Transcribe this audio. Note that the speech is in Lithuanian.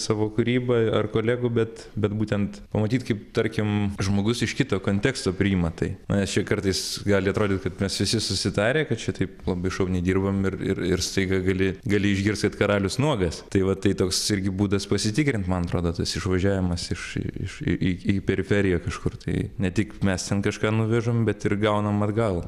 savo kūrybą ar kolegų bet bet būtent pamatyt kaip tarkim žmogus iš kito konteksto priima tai na nes čia kartais gali atrodyt kad mes visi susitarę kad čia taip labai šauniai dirbam ir ir ir staiga gali gali išgirsit kad karalius nuogas tai vat tai toks irgi būdas pasitikrint man atrodo tas išvažiavimas iš iš į į periferiją kažkur tai ne tik mes ten kažką nuvežam bet ir gaunam atgal